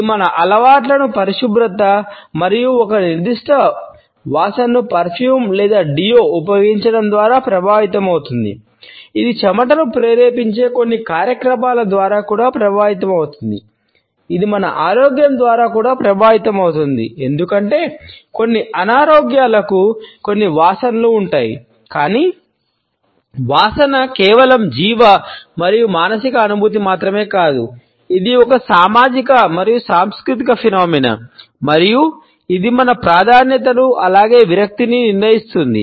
ఇది మన అలవాట్లు పరిశుభ్రత మరియు ఒక నిర్దిష్ట వాసనను పెర్ఫ్యూమ్ మరియు ఇది మన ప్రాధాన్యతను అలాగే విరక్తిని నిర్ణయిస్తుంది